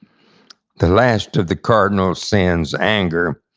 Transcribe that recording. the last of the cardinal sins, anger,